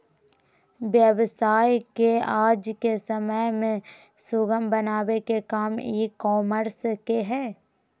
व्यवसाय के आज के समय में सुगम बनावे के काम ई कॉमर्स के हय